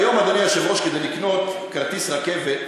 היום, אדוני היושב-ראש, כדי לקנות כרטיס רכבת,